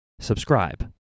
subscribe